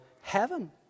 heaven